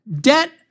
debt